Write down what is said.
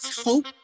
hope